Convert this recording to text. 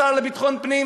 השר לביטחון פנים,